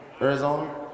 Arizona